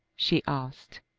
she asked.